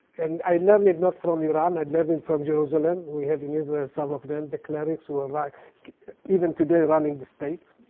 and i learned it not from iran. i learned it from jerusalem. we have in israel some of them, the clerics who are like even today running the state.